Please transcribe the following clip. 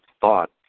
thought